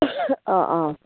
অঁ অঁ